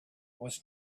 was